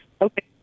Okay